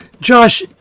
Josh